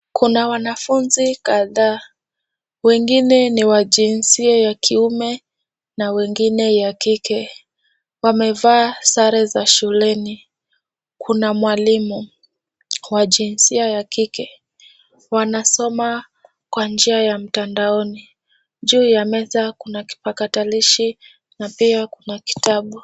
Kuna wanafunzi kataa wengine ni wa jinsia wa kiume na wengine ya kike. Wamevaa sare za shuleni. Kuna mwalimu wa jinsia ya kike wanasoma kwa njia ya mtandaoni, juu ya meza kuna kipatakalishi na pia kuna kitabu.